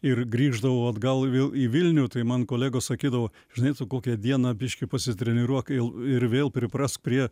ir grįždavau atgal vėl į vilnių tai man kolegos sakydavo žinai kokią dieną biškį pasitreniruok ir ir vėl priprask prie